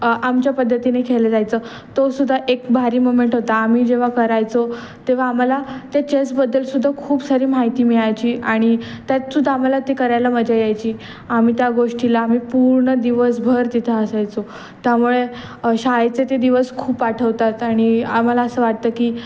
आमच्या पद्धतीने खेळले जायचं तो सुद्धा एक भारी मुमेंट होता आम्ही जेव्हा करायचो तेव्हा आम्हाला ते चेसबद्दल सुद्धा खूप सारी माहिती मिळायची आणि त्यात सुद्धा आम्हाला ते करायला मजा यायची आम्ही त्या गोष्टीला आम्ही पूर्ण दिवसभर तिथे असायचो त्यामुळे शाळेचे ते दिवस खूप आठवतात आणि आम्हाला असं वाटतं की